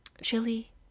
chili